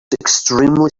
extremely